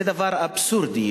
זה דבר אבסורדי,